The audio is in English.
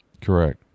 Correct